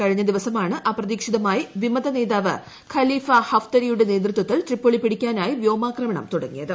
കഴിഞ്ഞ ദിവസമാണ് അപ്രതീക്ഷിതമായ വിമത നേതാവ് ഖലീഫ ഹഫ്തരിന്റെ നേതൃത്വത്തിൽ ട്രിപോളി പിടിക്കാനായി വ്യോമാക്രമണം തുടങ്ങിയത്